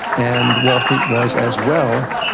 and wall street was as well,